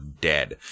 dead